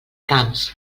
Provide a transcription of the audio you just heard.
camps